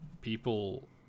people